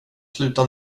sluta